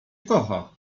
kocha